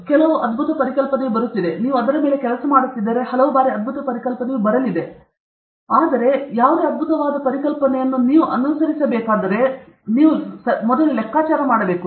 ಕೆಲವು ಅದ್ಭುತ ಪರಿಕಲ್ಪನೆಯು ಬರುತ್ತಿದೆ ಮತ್ತು ನೀವು ಅದರ ಮೇಲೆ ಕೆಲಸ ಮಾಡುತ್ತಿದ್ದರೆ ಅದು ಕೆಲಸ ಮಾಡುವುದಿಲ್ಲ ನಂತರ ನಿಧಾನವಾಗಿ ನೀವು ಏನು ಕಲಿಯುತ್ತೀರಿ ಹಲವು ಬಾರಿ ಅದ್ಭುತ ಪರಿಕಲ್ಪನೆಯು ಬರಲಿದೆ ಆದರೆ ಯಾವ ಅದ್ಭುತವಾದ ನಾನು ಅನುಸರಿಸಬೇಕಾದ ಈ ಅದ್ಭುತ ಪರಿಕಲ್ಪನೆಗಳೆಂದರೆ ನೀವು ಲೆಕ್ಕಾಚಾರ ಮಾಡಬೇಕಾದ ಏನಾದರೂ